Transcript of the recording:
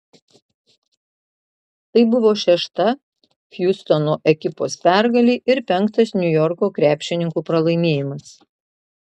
tai buvo šešta hjustono ekipos pergalė ir penktas niujorko krepšininkų pralaimėjimas